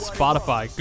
Spotify